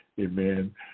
Amen